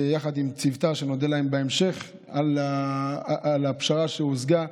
יחד עם צוותה, ונודה להם בהמשך על הפשרה שהושגה.